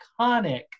iconic